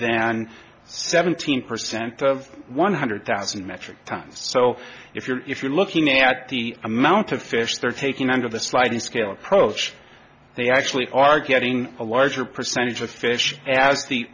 than seventeen percent of one hundred thousand metric tons so if you're if you're looking at the amount of fish they're taking under the sliding scale approach they actually are getting a larger percentage of fish as the